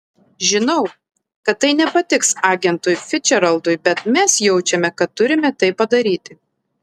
žinau kad tai nepatiks agentui ficdžeraldui bet mes jaučiame kad turime tai padaryti